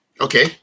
Okay